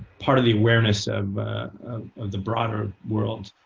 part of the awareness of of the broader world.